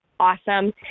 awesome